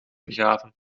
begraven